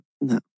No